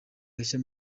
gashya